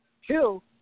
Hill